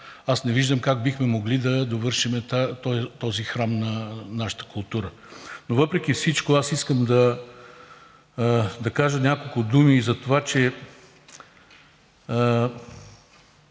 аз не виждам как бихме могли да довършим този храм на нашата култура. Но въпреки всичко, аз искам да кажа няколко думи и за това, че